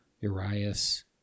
Urias